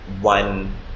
one